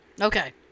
Okay